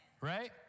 right